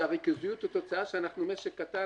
ושהריכוזיות היא תוצאה מכך שאנחנו משק קטן,